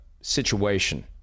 situation